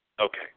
Okay